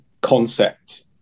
concept